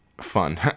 fun